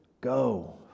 go